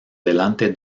delante